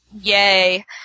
yay